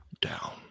down